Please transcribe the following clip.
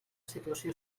situació